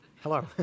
Hello